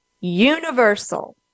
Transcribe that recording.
universal